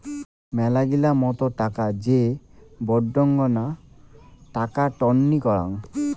মেলাগিলা মত টাকা যে বডঙ্না টাকা টননি করাং